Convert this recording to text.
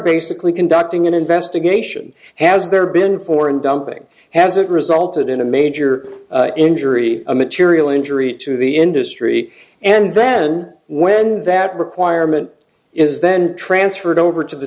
basically conducting an investigation has there been foreign dumping hasn't resulted in a major injury a material injury to the industry and then when that requirement is then transferred over to the